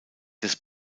des